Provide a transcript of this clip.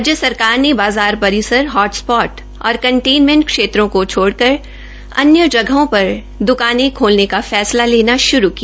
राज्य सरकारों ने बाजार परिसर हॉट स्पॉट और कंटेनमेंट क्षेत्रों को छोड़कर अन्य जगहों पर दुकानें खोलने का फैसला लेना शुरू किया